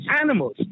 animals